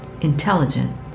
intelligent